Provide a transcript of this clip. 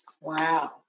Wow